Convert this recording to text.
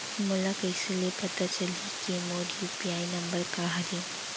मोला कइसे ले पता चलही के मोर यू.पी.आई नंबर का हरे?